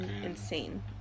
Insane